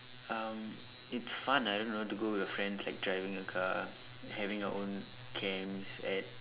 um it's fun I don't know to go with your friends like driving a car having our own camps at